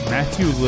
Matthew